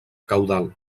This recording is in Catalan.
caudal